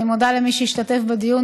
אני מודה למי שהשתתף בדיון.